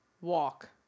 walk